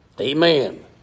Amen